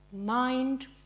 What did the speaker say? mind